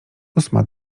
ósma